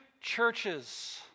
churches